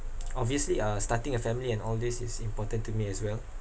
obviously uh starting a family and all this is important to me as well